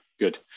Good